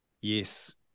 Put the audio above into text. Yes